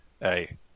hey